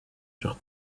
sur